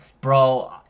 Bro